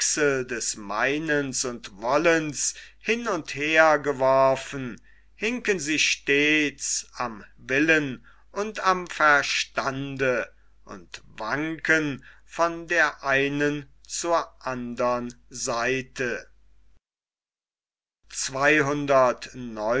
des meinens und wollens hin und her geworfen hinken sie stets am willen und am verstande und wanken von der einen zur andern seite